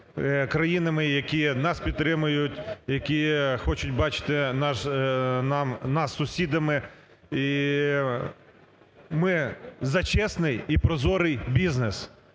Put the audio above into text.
країнами, які нас підтримують, які хочуть бачити нас сусідами. І ми за чесний і прозорий бізнес.